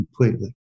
completely